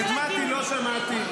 למה לא שמעת את מטי?